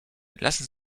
lassen